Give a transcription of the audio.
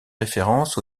référence